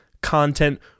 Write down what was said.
content